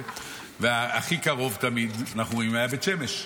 הכי קרוב תמיד היה בית שמש,